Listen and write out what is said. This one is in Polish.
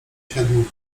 siedmiu